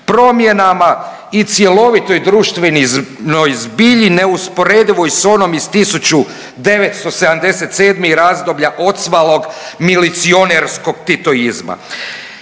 promjena i cjelovitoj društvenoj zbilji neusporedivoj sa onom iz 1977. i razdoblja odcvalog milicionerskog titoizma.